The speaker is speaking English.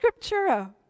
Scriptura